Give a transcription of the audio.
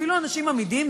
אפילו אנשים אמידים,